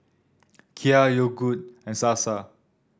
Kia Yogood and Sasa